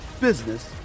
business